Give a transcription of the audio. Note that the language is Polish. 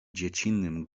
dziecinnym